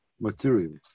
materials